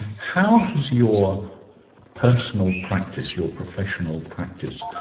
how has your personal practice, your professional practice,